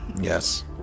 Yes